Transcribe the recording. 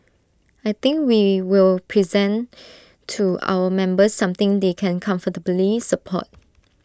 I think we will present to our members something they can comfortably support